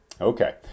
Okay